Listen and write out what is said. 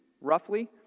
roughly